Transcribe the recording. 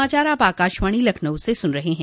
यह समाचार आप आकाशवाणी लखनऊ से सुन रहे हैं